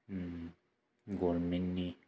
गभरमेन्टनि